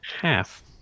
half